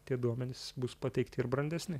tie duomenys bus pateikti ir brandesni